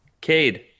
Cade